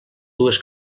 dues